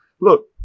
Look